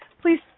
Please